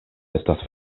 estas